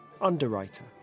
underwriter